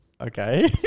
Okay